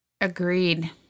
Agreed